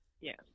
Yes